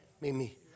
Mimi